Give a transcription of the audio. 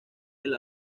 del